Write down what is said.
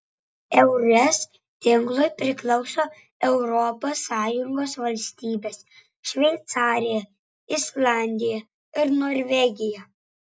eures tinklui priklauso europos sąjungos valstybės šveicarija islandija ir norvegija